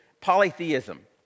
polytheism